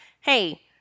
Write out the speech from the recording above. hey